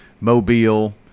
Mobile